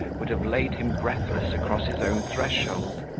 would have laid him breathless across his own threshold